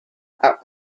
are